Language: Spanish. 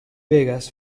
vegas